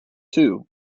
two